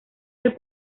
del